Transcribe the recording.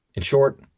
in short,